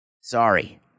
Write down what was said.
Sorry